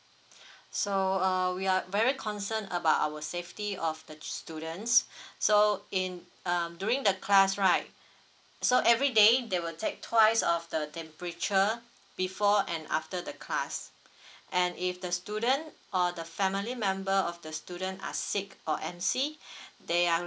so err we are very concern about our safety of the students so in um during the class right so every day they will take twice of the temperature before and after the class and if the student or the family member of the student are sick or M_C they are